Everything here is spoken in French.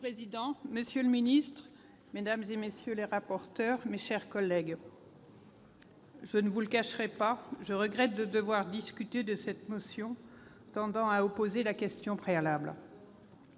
Monsieur le président, monsieur le ministre, madame, messieurs les rapporteurs, mes chers collègues, je ne vous le cacherai pas, je regrette de devoir discuter de cette motion tendant à opposer la question préalable.